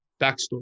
backstory